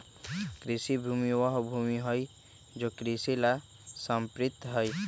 कृषि भूमि वह भूमि हई जो कृषि ला समर्पित हई